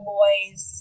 boys